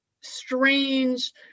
strange